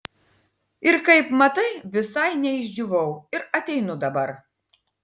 ir kaip matai visai neišdžiūvau ir ateinu dabar